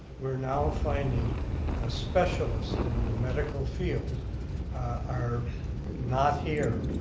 we're now finding ah specialists in the medical field are not here.